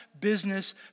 business